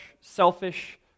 selfish